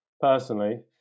personally